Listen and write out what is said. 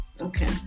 okay